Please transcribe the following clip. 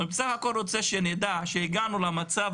אבל בסך הכל אני רוצה שנדע שהגענו למצב